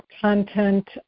content